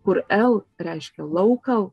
kur el reiškia laukal